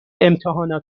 امتحانات